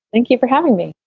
thank you for having me.